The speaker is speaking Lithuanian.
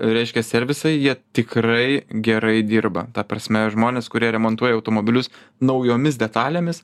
reiškia servisai jie tikrai gerai dirba ta prasme žmonės kurie remontuoja automobilius naujomis detalėmis